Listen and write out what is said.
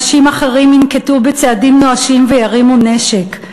אנשים אחרים ינקטו צעדים נואשים וירימו נשק.